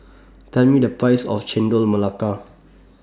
Tell Me The Price of Chendol Melaka